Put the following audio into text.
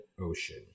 ocean